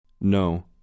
No